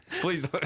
Please